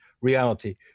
reality